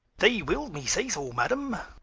they wil'd me say so madam